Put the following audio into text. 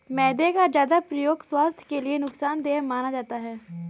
मैदा का ज्यादा प्रयोग स्वास्थ्य के लिए नुकसान देय माना जाता है